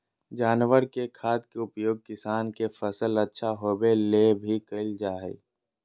जानवर के खाद के उपयोग किसान के फसल अच्छा होबै ले भी कइल जा हइ